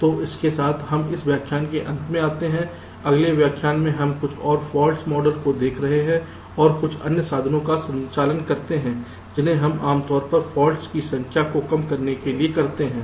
तो इसके साथ ही हम इस व्याख्यान के अंत में आते हैं अगले व्याख्यान में हम कुछ और फाल्ट मॉडल को देख रहे हैं और कुछ अन्य साधनों का संचालन करते हैं जिन्हें हम आम तौर पर फॉल्ट्स की संख्या को कम करने के लिए करते हैं